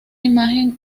imagen